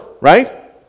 right